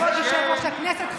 כבוד יושב-ראש הכנסת,